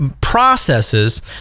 processes